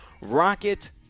Rocket